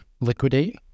Liquidate